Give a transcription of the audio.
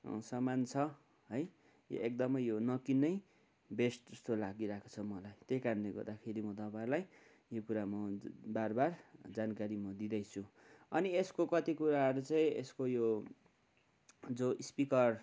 सामान छ है यो एकदमै यो नकिन्नै बेस्ट जस्तो लागिरहेको छ मलाई त्यही कारणले गर्दाखेरि म तपाईँहरूलाई यो कुरा म बार बार जानकारी म दिँदैछु अनि यसको कति कुराहरू चाहिँ यसको यो जो स्पिकर